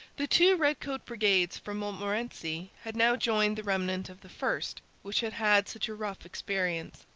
the two redcoat brigades from montmorency had now joined the remnant of the first, which had had such a rough experience.